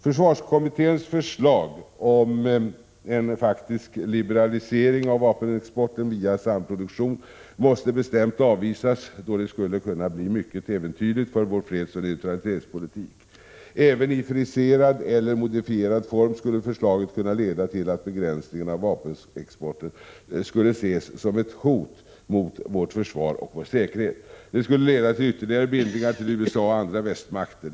Försvarskommitténs förslag om en faktisk liberalisering av vapenexporten via samproduktion måste bestämt avvisas, då det skulle kunna bli mycket äventyrligt för vår fredsoch neutralitetspolitik. Även i friserad eller modifierad form skulle förslaget kunna leda till att begränsningarna av vapenexporten skulle ses som ett hot mot vårt försvar och vår säkerhet. Det skulle leda till ytterligare bindningar till USA och andra västmakter.